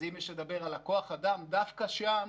דווקא שם,